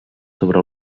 sobre